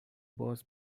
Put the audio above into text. باز